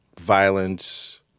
violence